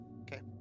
okay